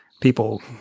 people